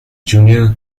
junior